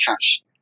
cash